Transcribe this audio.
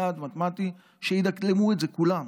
יעד מתמטי, שידקלמו את זה כולם.